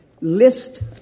list